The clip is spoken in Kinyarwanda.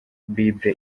bible